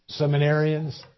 seminarians